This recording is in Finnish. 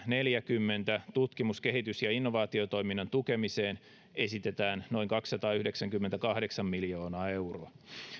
neljäkymmentä tutkimus kehitys ja innovaatiotoiminnan tukemiseen esitetään noin kaksisataayhdeksänkymmentäkahdeksan miljoonaa euroa